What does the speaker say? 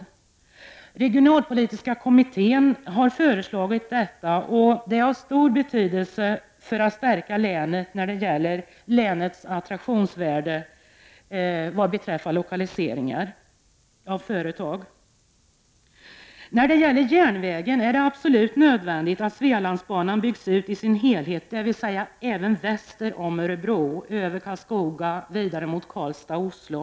Den regionalpolitiska kommittén har framlagt förslag härom, och detta är av stor betydelse för att stärka länets attraktionsvärde vad beträffar lokalisering av företag. Vidare är det absolut nödvändigt att Svealandsbanan byggs ut i dess helhet, dvs. även väster om Örebro över Karlskoga och vidare mot Karlstad och Oslo.